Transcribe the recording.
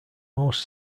most